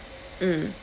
mm